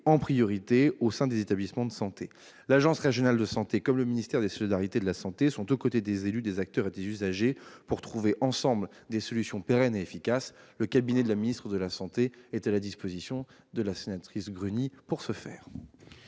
en priorité au sein des établissements de santé. L'Agence régionale de santé comme le ministère des solidarités et de la santé sont aux côtés des élus, des acteurs et des usagers pour trouver, ensemble, des solutions pérennes et efficaces. Le cabinet de la ministre de la santé est à la disposition de la sénatrice Pascale Gruny pour ce faire.